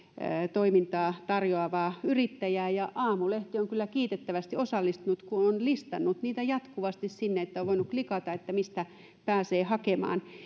toimintaa tarjoavaa yrittäjää ja aamulehti on kyllä kiitettävästi osallistunut kun on on listannut niitä jatkuvasti ja on voinut klikata että mistä pääsee hakemaan